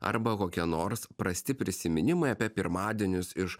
arba kokie nors prasti prisiminimai apie pirmadienius iš